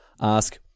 ask